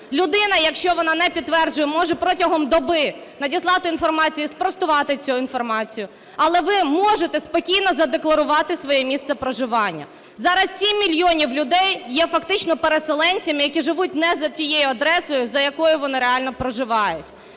Людина, якщо вона не підтверджує, може протягом доби надіслати інформацію і спростувати цю інформацію. Але ви можете спокійно задекларувати своє місце проживання. Зараз 7 мільйонів людей є фактично переселенцями, які живуть не за тією адресою, за якою вони реально проживають.